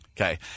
Okay